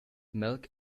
milk